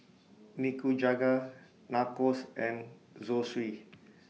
Nikujaga Nachos and Zosui